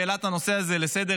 שהעלה את הנושא הזה לסדר-היום,